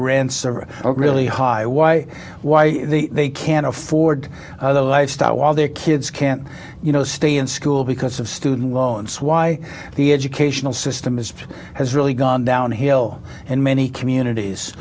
rents are really high why why they can't afford the lifestyle while their kids can't you know stay in school because of student loans why the educational system is has really gone downhill in many communities